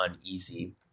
uneasy